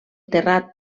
terrat